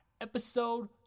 episode